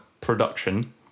production